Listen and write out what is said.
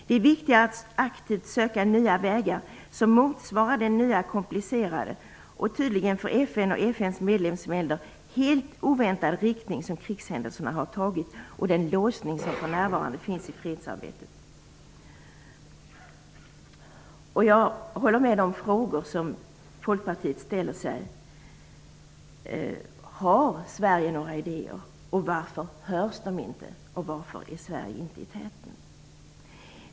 Det är viktigare att aktivt söka nya vägar som motsvarar den nya komplicerade och tydligen för FN och FN:s medlemsländer helt oväntade riktning som krigshändelserna har tagit och den lösning som för närvarande finns i fredsarbetet. Jag instämmer i de frågor som Folkpartiet ställer sig. Har Sverige några idéer, och varför hörs de i så fall inte? Varför är Sverige inte i täten?